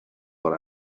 what